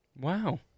Wow